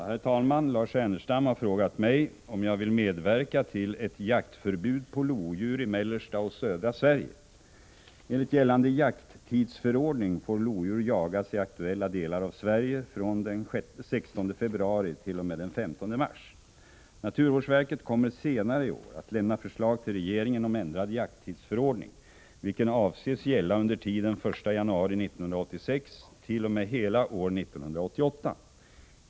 Herr talman! Lars Ernestam har frågat mig om jag vill medverka till ett jaktförbud på lodjur i mellersta och södra Sverige. Naturvårdsverket kommer senare i år att lämna förslag till regeringen om ändrad jakttidsförordning, vilken avses gälla under tiden från den 1 januari 1986 t.o.m. hela år 1988.